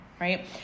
right